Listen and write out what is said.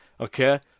Okay